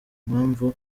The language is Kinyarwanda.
mpamvu